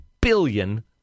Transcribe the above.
billion